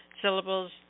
syllables